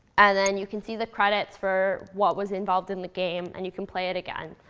and then you can see the credits for what was involved in the game. and you can play it again.